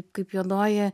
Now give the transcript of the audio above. kaip juodoji